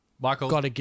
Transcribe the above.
Michael